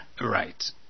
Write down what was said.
Right